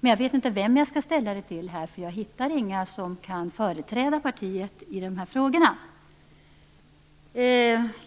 men jag vet inte vem jag skall ställa dem till här, för jag hittar inga som kan företräda partiet i de här frågorna.